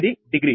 8 degree